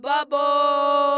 Bubble